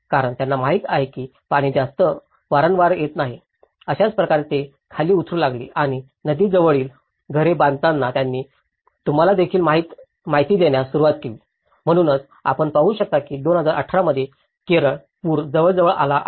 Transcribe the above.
कारण त्यांना माहित आहे की पाणी जास्त वारंवार येत नाही अशाच प्रकारे ते खाली उतरू लागले आणि नदीकाठाजवळील घरे बांधताना त्यांनी तुम्हाला देखील माहिती देण्यास सुरूवात केली म्हणूनच आपण पाहू शकता की 2018 मध्ये केरळ पूर जवळजवळ आला आहे